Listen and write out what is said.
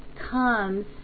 Comes